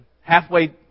halfway